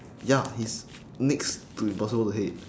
ya he's next to impossible to hate